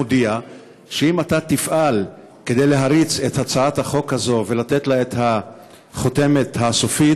מודיע שאם אתה תפעל להריץ את הצעת החוק הזאת ולתת לה את החותמת הסופית,